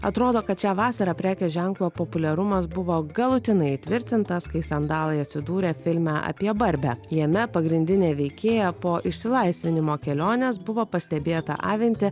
atrodo kad šią vasarą prekės ženklo populiarumas buvo galutinai įtvirtintas kai sandalai atsidūrė filme apie barbę jame pagrindinė veikėja po išsilaisvinimo kelionės buvo pastebėta avinti